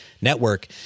Network